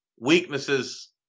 Weaknesses